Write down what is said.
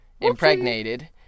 impregnated